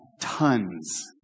tons